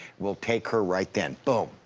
we'll take her right then. boom.